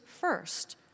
first